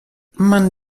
man